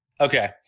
Okay